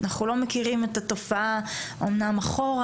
אנחנו לא מכירים את התופעה אמנם אחורה,